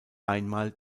einmal